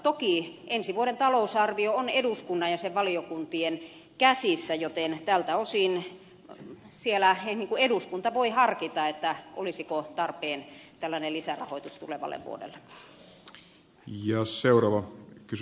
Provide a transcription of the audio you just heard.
toki ensi vuoden talousarvio on eduskunnan ja sen valiokuntien käsissä joten tältä osin eduskunta voi harkita olisiko tarpeen tällainen lisärahoitus tulevalle vuodelle